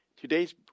Today's